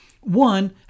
One